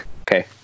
okay